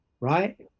right